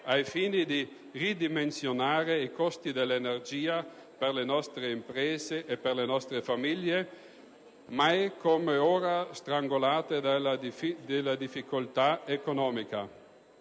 ai fini di ridimensionare i costi dell'energia per le nostre imprese e per le nostre famiglie, mai come ora strangolate dalle difficoltà economiche.